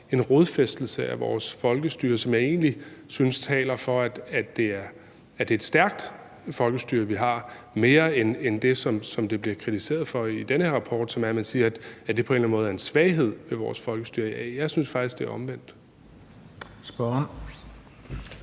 rodfæstet i vores folkestyre, og det synes jeg egentlig mere taler for, at det er et stærkt folkestyre, vi har, end det, som det bliver kritiseret for i den her rapport, nemlig at det på en eller anden måde er en svaghed ved vores folkestyre. Jeg synes faktisk, det er omvendt. Kl.